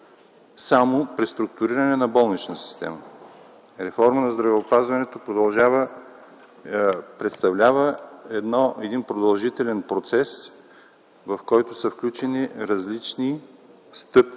само преструктуриране на болнична система. Реформа в здравеопазването представлява един продължителен процес, в който са включени различни стъпки